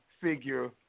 figure